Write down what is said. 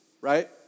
right